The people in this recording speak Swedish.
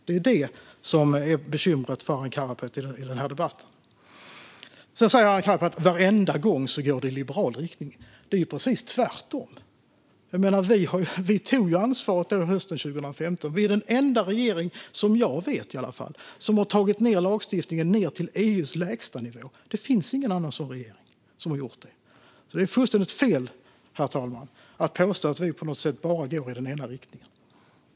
Det är det som är bekymret för Arin Karapet i den här debatten. Sedan säger Arin Karapet att det varenda gång går i liberal riktning. Det är ju precis tvärtom. Vi tog ansvaret hösten 2015. Vi är den enda regering, i alla fall som jag vet, som har tagit ned lagstiftningen till EU:s lägstanivå. Det finns ingen annan regering som har gjort det. Det är alltså fullständigt fel, herr talman, att påstå att vi på något sätt bara går i den ena riktningen.